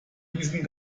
diesen